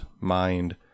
mind